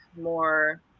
more